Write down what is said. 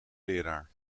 leraar